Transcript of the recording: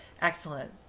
Excellent